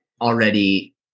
already